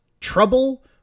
trouble